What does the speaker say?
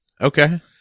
Okay